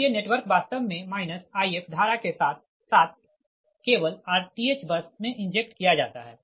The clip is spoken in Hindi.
इसलिए नेटवर्क वास्तव मे If धारा के साथ केवल rth बस मे इंजेक्ट किया जाता है